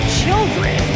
children